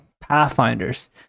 pathfinders